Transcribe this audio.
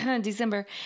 December